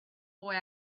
boy